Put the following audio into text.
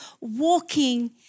walking